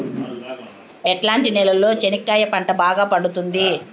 ఎట్లాంటి నేలలో చెనక్కాయ పంట బాగా పండుతుంది?